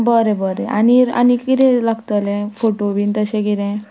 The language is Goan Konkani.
बरें बरें आनीर आनी कितें लागतले फोटो बीन तशें कितें